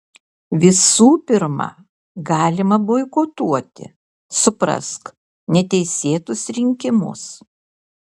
visų pirma galima boikotuoti suprask neteisėtus rinkimus